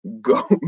go